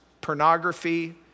pornography